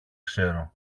ξέρω